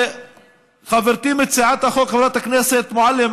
חברתי מציעת החוק חברת הכנסת מועלם,